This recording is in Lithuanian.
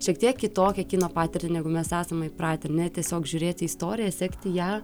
šiek tiek kitokią kino patirtį negu mes esame įpratę ne tiesiog žiūrėti istoriją sekti ją